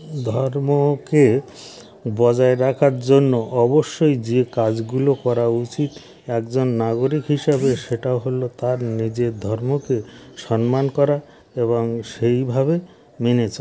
ধর্মকে বজায় রাখার জন্য অবশ্যই যে কাজগুলো করা উচিত একজন নাগরিক হিসাবে সেটা হলো তার নিজের ধর্মকে সন্মান করা এবং সেইভাবে মেনে চলা